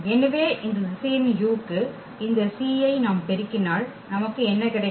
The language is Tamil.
எனவே இந்த திசையன் u க்கு இந்த c ஐ நாம் பெருக்கினால் நமக்கு என்ன கிடைக்கும்